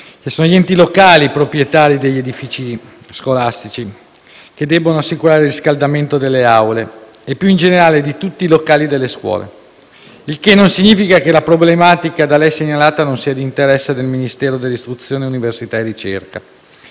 che sono gli enti locali i proprietari degli edifici scolastici, che debbono assicurare il riscaldamento delle aule e, più in generale, di tutti i locali delle scuole. Ciò non significa che la problematica da lei segnalata non sia di interesse del Ministero dell'istruzione, dell'università e della